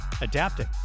adapting